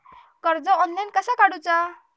कर्ज ऑनलाइन कसा काडूचा?